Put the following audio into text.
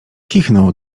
kichnął